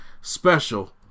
special